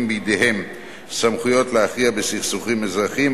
בידיהם סמכויות להכריע בסכסוכים אזרחיים,